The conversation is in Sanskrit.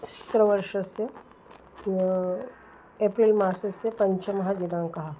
सहस्त्रतमवर्षस्य एप्रिल् मासस्य पञ्चमः दिनाङ्कः